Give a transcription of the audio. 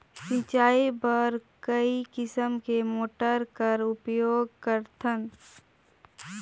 सिंचाई बर कई किसम के मोटर कर उपयोग करथन?